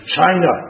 China